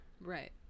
Right